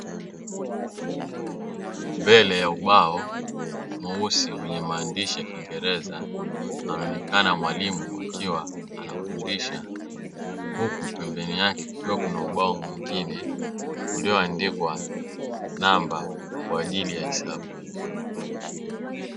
Mbele ya ubao mweusi wenye maandishi ya kingereza anaonekana mwalimu akiwa anafundisha, huku pembeni yake kukiwa kuna ubao mwingine ulioandikwa namba kwa ajili ya hesabu.